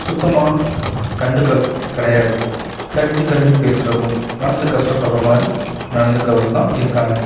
சுத்தமாக கண்டுக்கிறதும் கிடையாது கடிஞ்சு கடிஞ்சு பேசுறதும் மனசு கஷ்டப்படுகிறமாரி நடத்துக்கிறதும் தான் இருக்காங்க